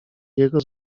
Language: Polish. jego